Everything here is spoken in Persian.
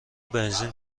بنزین